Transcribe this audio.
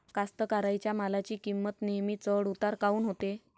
कास्तकाराइच्या मालाची किंमत नेहमी चढ उतार काऊन होते?